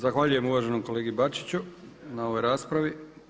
Zahvaljujem uvaženom kolegi Bačiću na ovoj raspravi.